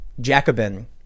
Jacobin